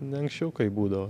ne anksčiau kaip būdavo